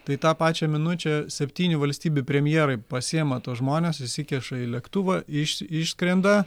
tai tą pačią minučią septynių valstybių premjerai pasiema tuos žmones išsikiša į lėktuvą iš išskrenda